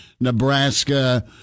Nebraska